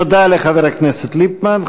תודה לחבר הכנסת ליפמן.